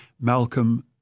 Malcolm